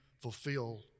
fulfill